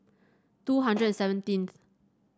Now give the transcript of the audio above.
two hundred and seventeenth